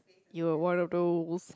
you are one of those